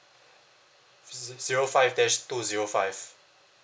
ze~ zero five dash two zero five